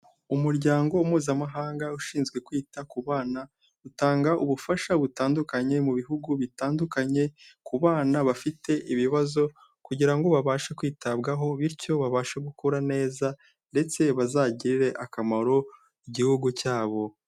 Umuryango mpuzamahanga ushinzwe kwita ku bana, utanga ubufasha butandukanye, mu bihugu bitandukanye, ku bana bafite ibibazo kugira ngo babashe kwitabwaho bityo babashe gukura neza ndetse bazagirire akamaro igihugu cyabo.